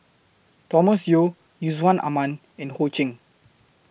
Thomas Yeo Yusman Aman and Ho Ching